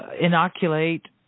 inoculate